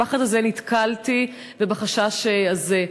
נתקלתי בפחד הזה, בחשש הזה.